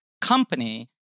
company